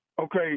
Okay